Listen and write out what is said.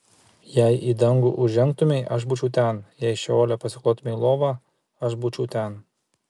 jei į dangų užžengtumei aš būčiau ten jei šeole pasiklotumei lovą aš būčiau ten